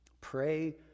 Pray